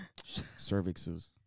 cervixes